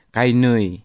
Kainui